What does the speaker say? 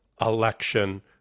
election